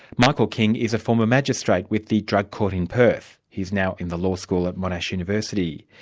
michael king is a former magistrate with the drug court in perth. he's now in the law school at monash university.